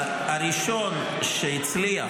הראשון שהצליח,